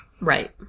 Right